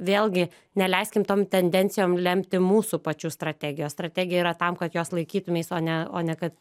vėlgi neleiskim tom tendencijom lemti mūsų pačių strategijos strategija yra tam kad jos laikytumeis o ne o ne kad